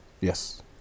Yes